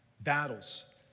battles